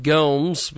Gomes